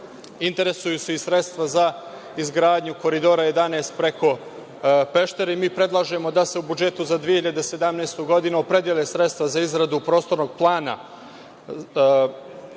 interesuje, jesu i sredstva za izgradnju Koridora 11 preko Peštera. Mi predlažemo da se u budžetu za 2017. godinu opredele sredstva za izradu prostornog plana